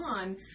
on